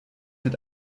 mit